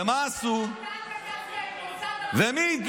ומה עשו?